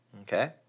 Okay